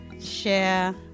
share